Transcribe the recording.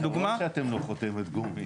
לדוגמה --- ברור שאתם לא חותמת גומי.